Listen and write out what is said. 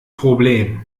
problem